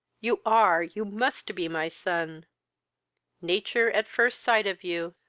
you are, you must be my son nature, at first sight of you,